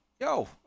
yo